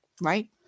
right